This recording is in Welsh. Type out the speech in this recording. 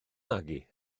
magu